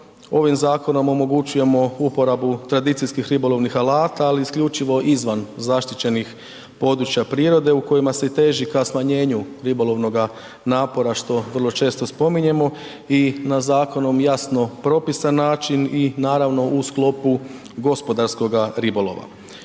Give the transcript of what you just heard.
ovim zakonom omogućujemo uporabi tradicijskih ribolovnih alata ali isključivo izvan zaštićenih područja prirode u kojima se i teži ka smanjenju ribolovnoga napora što vrlo često spominjemo i na zakonom jasno propisan način i naravno u sklopu gospodarskoga ribolova.